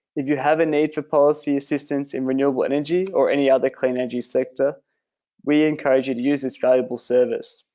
if you have a need for policy assistance in renewable energy or any other clean energy sector we encourage you to use this valuable service.